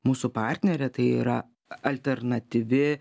mūsų partnerė tai yra alternatyvi